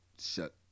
shut